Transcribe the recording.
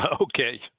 Okay